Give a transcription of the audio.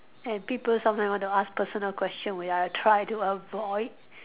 and people sometimes want to ask personal question when I try to avoid